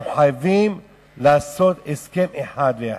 אנחנו חייבים לעשות הסכם אחד ויחיד,